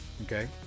Okay